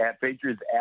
Patriots